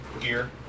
gear